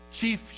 chief